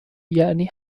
یعنی